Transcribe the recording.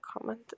comment